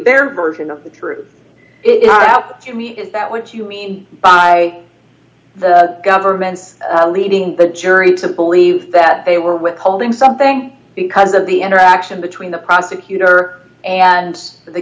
their version of the truth it out to me is that what you mean by the government's leading the jury to believe that they were withholding something because of the interaction between the prosecutor and the